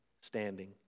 standing